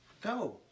Go